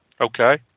Okay